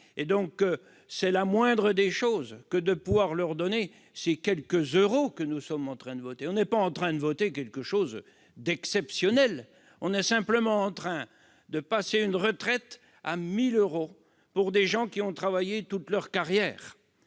donc la moindre des choses que de leur donner ces quelques euros que nous sommes en train de voter. Nous ne sommes pas en train de voter quelque chose d'exceptionnel ; nous sommes simplement en train d'offrir une retraite de 1 000 euros à des gens qui ont travaillé toute leur carrière.